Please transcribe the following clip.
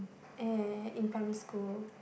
eh in primary school